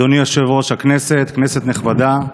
אדוני יושב-ראש הכנסת, כנסת נכבדה,